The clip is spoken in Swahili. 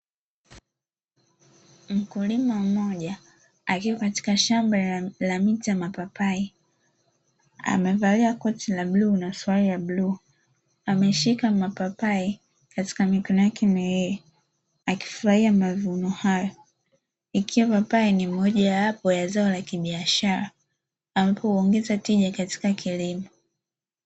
Mkulima mmoja akiwa katika shamba la miti ya mapapai amevalia koti la bluu na suruali ya bluu, ameshika mapapai katika mikono yake miwili, akifurahia mavuno hayo, ikiwa papai ni mojawapo ya zao la kibiashara ambapo huongeza tija katika kilimo.